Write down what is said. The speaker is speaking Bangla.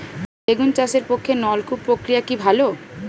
বেগুন চাষের পক্ষে নলকূপ প্রক্রিয়া কি ভালো?